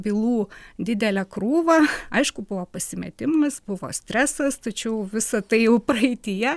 bylų didelę krūvą aišku buvo pasimetimas buvo stresas tačiau visa tai jau praeityje